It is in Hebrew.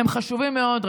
הם חשובים מאוד,